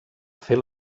fer